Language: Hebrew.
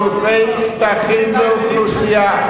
חילופי שטחים ואוכלוסייה.